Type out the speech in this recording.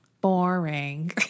Boring